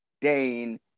Dane